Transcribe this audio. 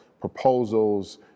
proposals